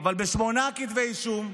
שמונה כתבי אישום,